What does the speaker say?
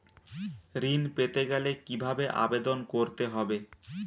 ঋণ পেতে গেলে কিভাবে আবেদন করতে হবে?